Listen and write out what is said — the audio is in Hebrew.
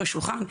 סביב השולחן,